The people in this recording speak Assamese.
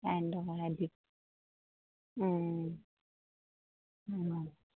কাৰেণ্টটো লগাই দিব